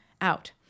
out